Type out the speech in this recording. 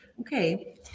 Okay